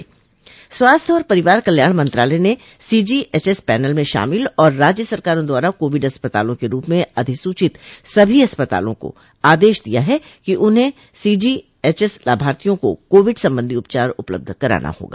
स्वास्थ्य और परिवार कल्याण मंत्रालय ने सीजोएचएस पैनल में शामिल और राज्य सरकारों द्वारा कोविड अस्पताला के रूप में अधिसूचित सभी अस्पतालों को आदेश दिया है कि उन्हें सीजीएचएस लाभार्थियां को कोविड संबंधी उपचार उपलब्ध कराना होगा